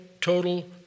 total